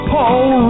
Paul